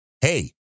hey